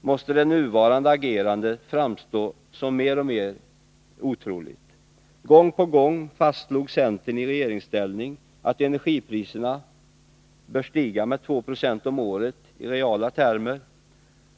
måste det nuvarande agerandet framstå som mer och mer otroligt. Gång på gång fastslog centern i regeringsställning att energipriserna bör stiga med 2 70 om året i reala termer.